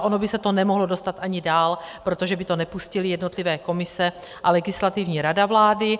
Ono by se to nemohlo dostat ani dál, protože by to nepustily jednotlivé komise a Legislativní rada vlády.